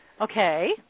Okay